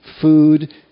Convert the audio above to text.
food